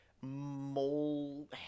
mole